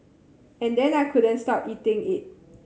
and then I couldn't stop eating it